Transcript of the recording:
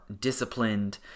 disciplined